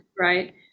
right